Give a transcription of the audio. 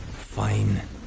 Fine